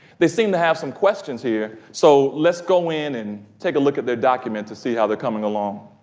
they seem to have some questions here, so let's go in and take a look at their document to see how they're coming along.